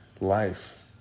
life